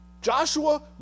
Joshua